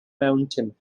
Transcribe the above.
mountain